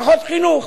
פחות חינוך,